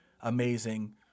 Amazing